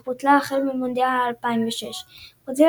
אך בוטלה החל ממונדיאל 2006. ברזיל,